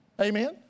Amen